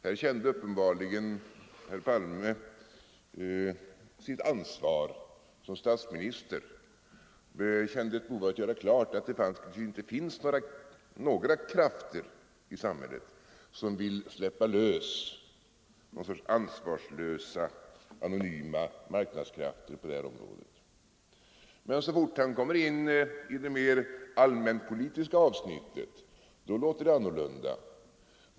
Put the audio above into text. Här kände uppenbarligen herr Palme sitt ansvar som statsminister och ett behov av att göra klart att det inte finns några grupper i samhället som vill släppa lös någon sorts ansvarslösa anonyma marknadskrafter på det här området. Men så fort han kommer in på det mer allmänpolitiska avsnittet låter det annorlunda.